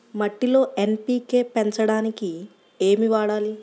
మట్టిలో ఎన్.పీ.కే పెంచడానికి ఏమి వాడాలి?